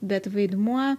bet vaidmuo